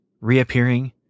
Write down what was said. reappearing